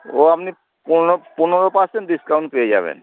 ও আপনি পনেরো পনেরো পার্সেন্ট ডিসকাউন্ট পেয়ে যাবেন